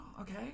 okay